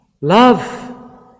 Love